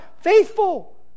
faithful